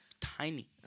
tiny